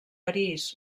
parís